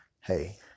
Hey